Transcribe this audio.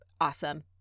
awesome